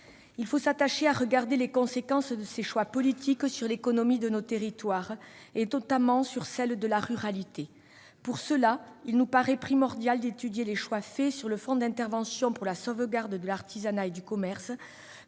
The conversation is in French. Il faut s'attacher à regarder les conséquences de ces choix politiques sur l'économie de nos territoires, notamment sur celle de la ruralité. Pour cela, il nous paraît primordial d'étudier les choix faits sur le Fonds d'intervention pour les services, l'artisanat et le commerce